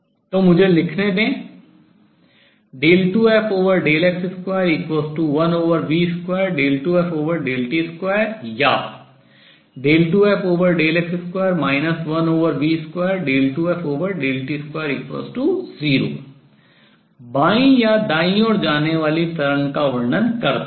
तो मुझे इसे लिखने दें 2fx21v22ft2 या 2fx2 1v22ft20 बाईं या दाईं ओर जाने वाली तरंग का वर्णन करता है